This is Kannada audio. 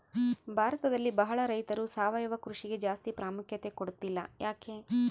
ಭಾರತದಲ್ಲಿ ಬಹಳ ರೈತರು ಸಾವಯವ ಕೃಷಿಗೆ ಜಾಸ್ತಿ ಪ್ರಾಮುಖ್ಯತೆ ಕೊಡ್ತಿಲ್ಲ ಯಾಕೆ?